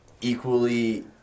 equally